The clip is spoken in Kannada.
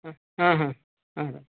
ಹಾಂ ಹಾಂ ಹಾಂ ಹಾಂ ಹಾಂ